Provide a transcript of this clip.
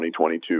2022